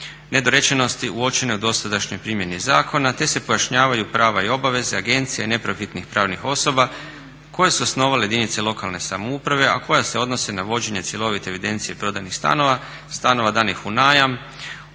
nedorečenosti uočene u dosadašnjoj primjeni zakona te se pojašnjavaju prava i obveze agencija i neprofitnih pravnih osoba koje su osnovale jedinice lokalne samouprave a koja se odnosi na vođenje cjelovite evidencije prodajnih stanova, stanova danih u najam,